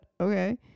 okay